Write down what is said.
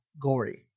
gory